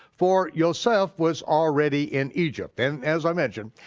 for yoseph was already in egypt, and as i mentioned,